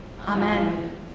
Amen